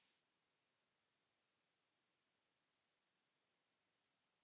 Kiitos.